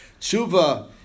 Tshuva